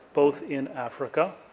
both in africa,